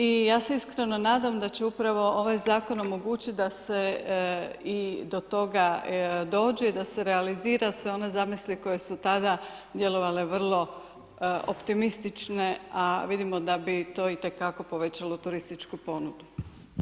I ja se iskreno nadam da će upravo ovaj zakon omogućiti da se i do toga dođe i da se realizira sve one zamisli koje su tada djelovale vrlo optimistične a vidimo da bi to itekako povećalo turističku ponudu.